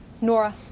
Nora